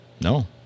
No